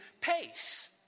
pace